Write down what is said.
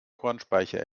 kornspeicher